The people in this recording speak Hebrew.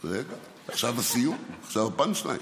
רגע, עכשיו הסיום, עכשיו הפאנץ' ליין.